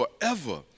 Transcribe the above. forever